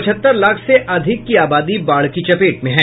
पचहत्तर लाख से अधिक की आबादी बाढ़ की चपेट में है